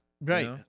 Right